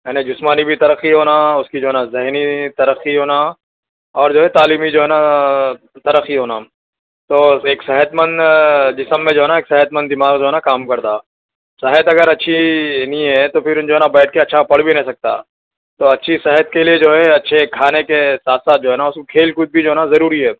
ہے نا جسمانی بھی ترقی ہونا اُس کی جو ہے نا ذہنی ترقی ہونا اور جو ہے تعلیمی جو ہے نا ترقی ہونا تو ایک صحت مند جسم میں جو ہے نا ایک صحت مند دماغ جو ہے نا کام کرتا صحت اگر اچھی نہیں ہے تو پھر جو ہے نا بیٹھ کے اچھا پڑھ بھی نہیں سکتا تو اچھی صحت کے لیے جو ہے اچھے کھانے کے ساتھ ساتھ جو ہے نا اُس کو کھیل کود بھی جو ہے نا ضروری ہے